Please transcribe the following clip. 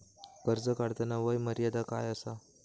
कर्ज काढताना वय मर्यादा काय आसा?